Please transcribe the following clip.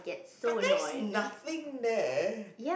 but there's nothing there